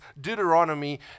Deuteronomy